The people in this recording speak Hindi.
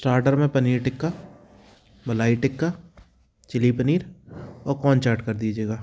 स्टार्टर में पनीर टिक्का मलाई टिक्का चिली पनीर और कोन चाट कर दीजिएगा